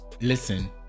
Listen